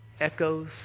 echoes